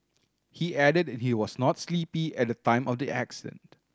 he added he was not sleepy at the time of the accident